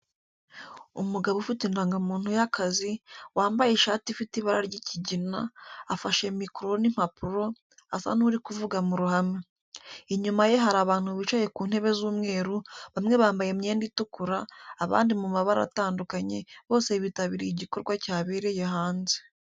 Umugabo ufite indangamuntu y'akazi, wambaye ishati ifite ibara ry’ikigina, afashe mikoro n’impapuro, asa n’uri kuvuga mu ruhame. Inyuma ye hari abantu bicaye ku ntebe z'umweru, bamwe bambaye imyenda itukura, abandi mu mabara atandukanye, bose bitabiriye igikorwa cyabereye hanze.